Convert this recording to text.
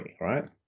right